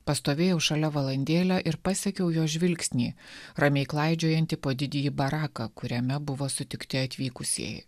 pastovėjau šalia valandėlę ir pasekiau jo žvilgsnį ramiai klaidžiojantį po didįjį baraką kuriame buvo sutikti atvykusieji